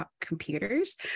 computers